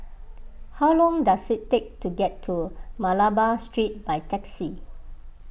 how long does it take to get to Malabar Street by taxi